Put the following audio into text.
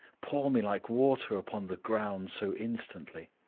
pour me like water upon the ground so instantly?